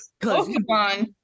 Pokemon